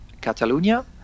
Catalonia